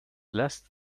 last